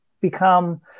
become